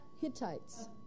Hittites